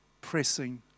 pressing